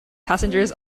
passengers